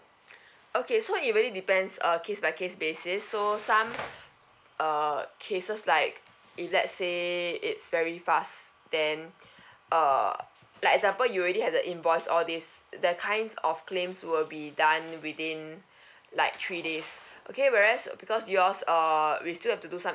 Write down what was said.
okay so it really depends uh case by case basis so some uh cases like if let say it's very fast then uh like example you already had the invoice all this the kinds of claims will be done within like three days okay whereas because yours uh we still have to do some